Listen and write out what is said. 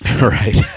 Right